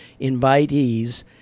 invitees